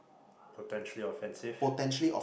potentially offensive